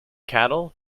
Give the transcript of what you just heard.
cattle